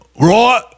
Right